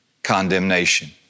Condemnation